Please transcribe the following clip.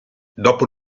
dopo